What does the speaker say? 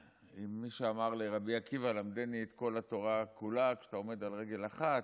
מישהו אמר לרבי עקיבא: למדני את כל התורה כולה כשאתה עומד על רגל אחת.